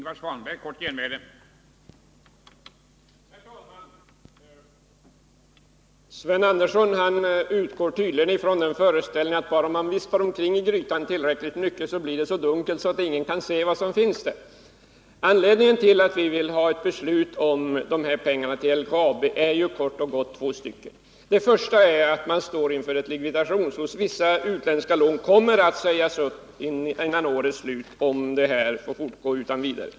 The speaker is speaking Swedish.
Herr talman! Sven Andersson i Örebro utgår tydligen ifrån den föreställningen att bara man vispar omkring i grytan tillräckligt mycket blir det så dunkelt att ingen kan se vad som finns där. Vi vill ha ett beslut om dessa pengar till LKAB av kort och gott två anledningar. Den första är att man står inför ett likvidationshot — vissa utländska lån kommer att sägas upp innan årets slut om det inte sker någonting.